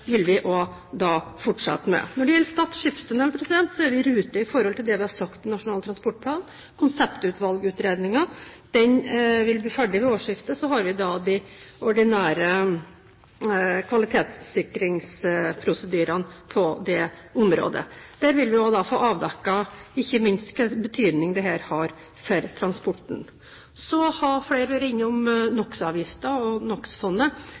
vil vi også fortsette med. Når det gjelder Stad skipstunnel, er vi i rute i forhold til det vi har sagt i Nasjonal transportplan. Konseptutvalgutredningen vil bli ferdig ved årsskiftet. Så har vi de ordinære kvalitetssikringsprosedyrene på det området. Der vil vi få avdekket ikke minst hvilken betydning dette har for transporten. Så har flere vært innom NOx-avgiften og